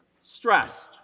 stressed